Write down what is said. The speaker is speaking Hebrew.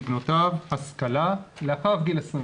הוא רוצה להעניק לבנותיו השכלה לאחר גיל 21,